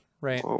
right